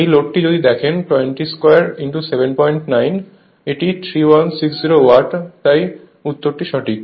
এই লোডটি যদি দেখেন 20279 এটি 3160 ওয়াট তাই উত্তরটি সঠিক